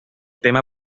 tema